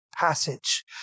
passage